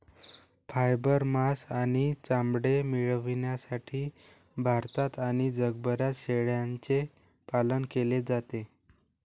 fibre, मांस आणि चामडे मिळविण्यासाठी भारतात आणि जगभरात शेळ्यांचे पालन केले जाते